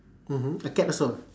mmhmm a cat also